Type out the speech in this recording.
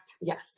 Yes